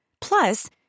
Plus